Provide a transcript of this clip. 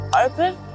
Open